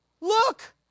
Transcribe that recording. Look